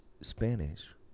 Spanish